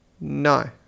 no